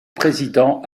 président